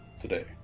today